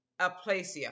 aplasia